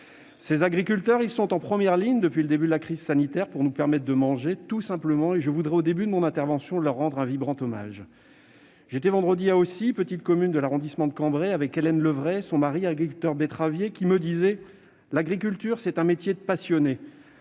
Ces agriculteurs sont en première ligne depuis le début de la crise sanitaire pour nous permettre de manger, tout simplement. Avant tout, je tiens donc à leur rendre un vibrant hommage. J'étais vendredi à Haussy, petite commune de l'arrondissement de Cambrai, avec Hélène Levrez et son mari, agriculteurs betteraviers. Ils me disaient :« L'agriculture, c'est un métier de passionné.